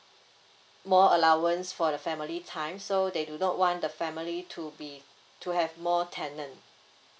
more allowance for the family time so they do not want the family to be to have more tenant